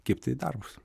kibti į darbus